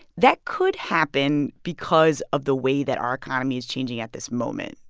that could happen because of the way that our economy is changing at this moment.